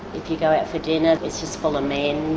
if you go out for dinner, it's just full of men.